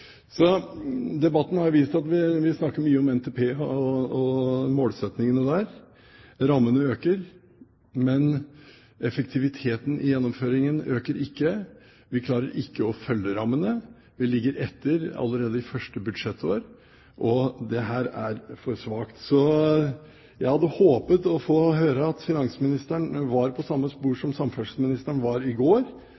Debatten har vist at vi snakker mye om NTP og målsettingene der. Rammene øker, men effektiviteten i gjennomføringen øker ikke. Vi klarer ikke å følge rammene. Vi ligger etter allerede i første budsjettår, og det er for svakt. Så jeg hadde håpet å få høre at finansministeren var på samme spor